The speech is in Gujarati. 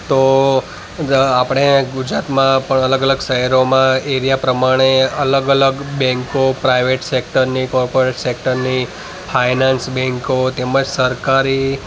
તો આપણે ગુજરાતમાં પણ અલગ અલગ શહેરોમાં એરિયા પ્રમાણે અલગ અલગ બૅંકો પ્રાઈવેટ સેકટરની કોર્પોરેટ સેક્ટરની ફાઇનાન્સ બૅંકો તેમજ સરકારી